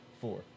four